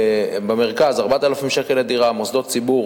במרכז, 4,000 שקל לדירה, מוסדות ציבור,